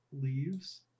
leaves